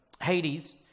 Hades